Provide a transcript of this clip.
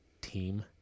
team